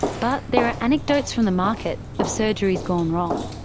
but there are anecdotes from the market of surgeries gone wrong.